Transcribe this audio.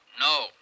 No